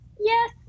Yes